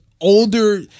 Older